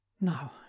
now